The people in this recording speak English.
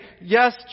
yes